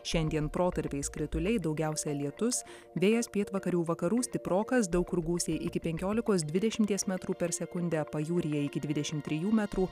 šiandien protarpiais krituliai daugiausia lietus vėjas pietvakarių vakarų stiprokas daug kur gūsiai iki penkiolikos dvidešimties metrų per sekundę pajūryje iki dvidešimt trijų metrų